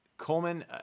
Coleman